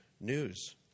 news